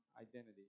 identity